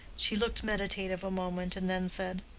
she looked meditative a moment, and then said,